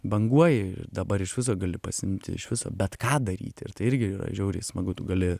banguoji dabar iš viso gali pasiimti iš viso bet ką daryti ir tai irgi yra žiauriai smagu tu gali